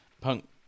Punk